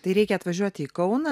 tai reikia atvažiuoti į kauną